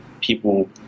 people